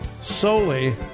solely